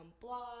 blog